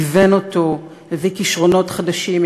גיוון אותו,